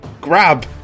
Grab